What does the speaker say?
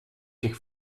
zich